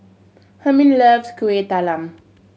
Hermine loves Kueh Talam